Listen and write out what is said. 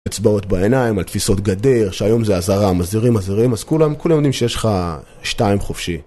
אצבעות בעיניים, על תפיסות גדר, שהיום זה אזהרה, מזהירים מזהירים, אז כולם, כולם יודעים שיש לך שתיים חופשי.